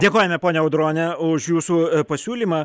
dėkojame ponia audrone už jūsų pasiūlymą